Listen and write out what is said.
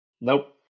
Nope